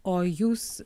o jūs